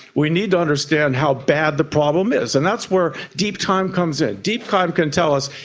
we need to understand how bad the problem is, and that's where deep time comes in. deep time can tell us,